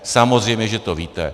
Samozřejmě že to víte.